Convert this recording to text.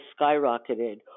skyrocketed